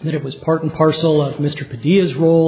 and it was part and parcel of mr previous rol